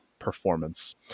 performance